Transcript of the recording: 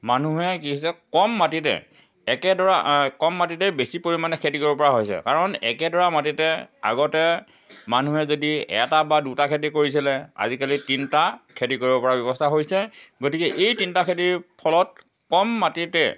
মানুহে কি হৈছে কম মাটিতে একেডৰা কম মাটিতে বেছি পৰিমাণে খেতি কৰিব পৰা হৈছে কাৰণ একেডৰা মাটিতে আগতে মানুহে যদি এটা বা দুটা খেতি কৰিছিলে আজিকালি তিনিটা খেতি কৰিব পৰা ব্যৱস্থা হৈছে গতিকে এই তিনিটা খেতিৰ ফলত কম মাটিতে